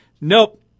Nope